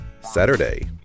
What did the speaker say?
Saturday